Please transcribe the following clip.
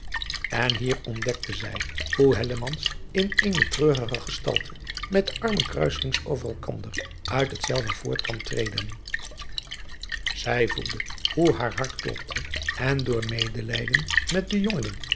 en hier ontdekte zij hoe hellemans in eene treurige gestalte met de armen kruiselings over elkander uit hetzelve voort kwam treden zij voelde hoe haar hart klopte en door medelijden met den jongeling